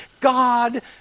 God